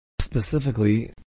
Specifically